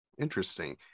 Interesting